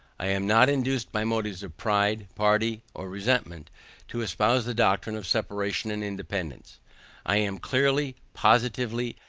i am not induced by motives of pride, party, or resentment to espouse the doctrine of separation and independance i am clearly, positively,